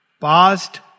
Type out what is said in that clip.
past